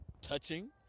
touching